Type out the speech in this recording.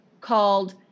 called